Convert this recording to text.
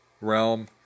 realm